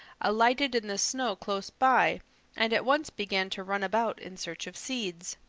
alighted in the snow close by and at once began to run about in search of seeds.